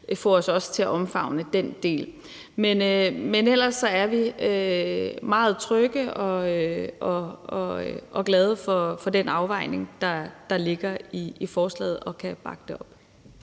få os til at omfavne også den del. Men ellers er vi meget trygge ved og glade for den afvejning, der ligger i forslaget, og kan bakke det